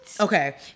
Okay